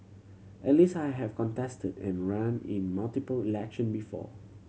at least I have contested and ran in multiple election before